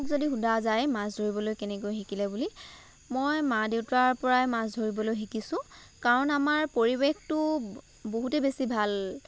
মোক যদি সোধা যায় মাছ ধৰিবলৈ কেনেকৈ শিকিলে বুলি মই মা দেউতাৰ পৰাই মাছ ধৰিবলৈ শিকিছোঁ কাৰণ আমাৰ পৰিৱেশটো বহুতেই বেছি ভাল